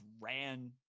ran